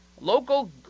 Local